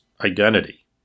identity